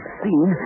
seen